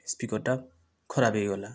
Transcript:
ସ୍ପିକର୍ଟା ଖରାପ ହୋଇଗଲା